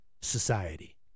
society